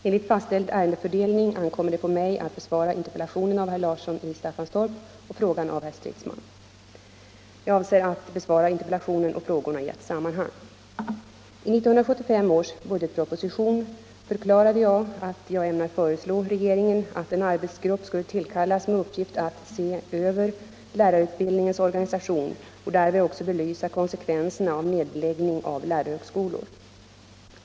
Enligt fastställd ärendefördelning ankommer det på mig att besvara interpellationen av herr Larsson i Staffanstorp och frågan av herr Stridsman. Jag avser att besvara interpellationen och frågorna i ett sammanhang. I 1975 års budgetproposition förklarade jag att jag ämnade föreslå regeringen att en arbetsgrupp skulle tillkallas med uppgift att se över lärarutbildningens organisation och därvid också belysa konsekvenserna av nedläggning av lärarhögskolor.